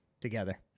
together